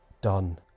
done